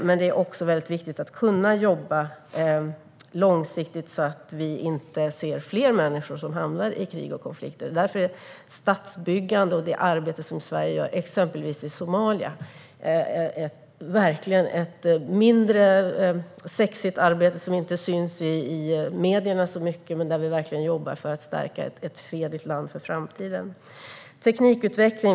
Men det är också väldigt viktigt att kunna jobba långsiktigt, så att inte fler människor hamnar i krig och konflikter. Statsbyggande arbete och det som Sverige gör exempelvis i Somalia är ett mindre sexigt arbete som inte syns i medierna så mycket. Men där jobbar vi verkligen för att stärka ett fredligt land för framtiden. Sofia Arkelsten frågade om teknikutveckling.